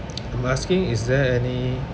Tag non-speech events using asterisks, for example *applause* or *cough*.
*noise* I'm asking is there any